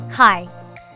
Hi